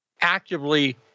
actively